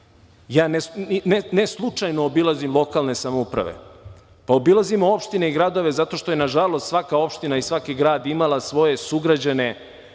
Ja ne slučajno obilazim lokalne samouprave, obilazimo opštine i gradove što je, nažalost, svaka opština i svaki grad imala svoje sugrađane